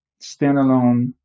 standalone